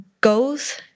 goals